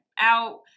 out